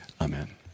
Amen